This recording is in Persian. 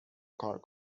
کار